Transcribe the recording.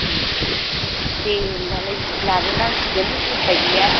ओ दे होमब्लालाय लाबोनांसिगोन उफाय गैया